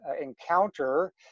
encounter